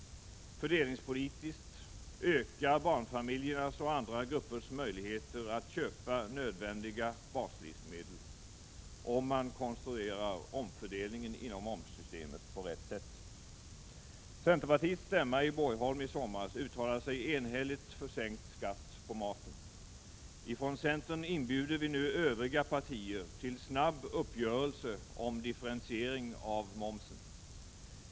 Fördelningspolitiskt ökar barnfamiljernas och andra gruppers möjligheter att köpa nödvändiga baslivsmedel, om man konstruerar omfördelningen inom momssystemet på rätt sätt. Centerpartiets stämma i Borgholm i somras uttalade sig enhälligt för sänkt skatt på maten. Från centern inbjuder vi nu övriga partier till snabb uppgörelse om differentiering av momsen.